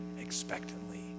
expectantly